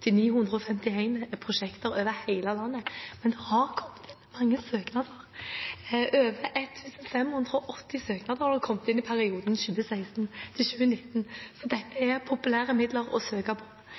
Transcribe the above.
til 951 prosjekter over hele landet. Det har kommet inn mange søknader. Over 1 580 søknader har det kommet inn i perioden 2016–2019, så dette er populære midler å søke på.